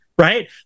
Right